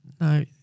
No